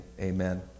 amen